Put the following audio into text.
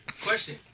Question